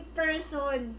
person